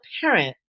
parent